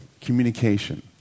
Communication